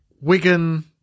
Wigan